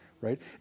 right